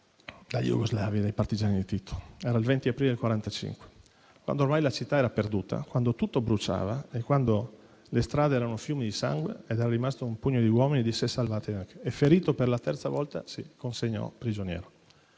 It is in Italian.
jugoslavi, dai partigiani di Tito; era il 20 aprile del 1945, quando ormai la città era perduta, tutto bruciava e le strade erano fiumi di sangue ed era rimasto un pugno di uomini e ferito per la terza volta si consegnò prigioniero.